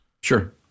Sure